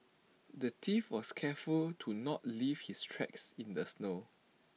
the thief was careful to not leave his tracks in the snow